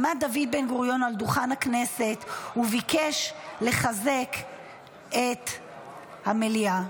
עמד דוד בן-גוריון על דוכן הכנסת וביקש לחזק את המליאה,